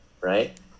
Right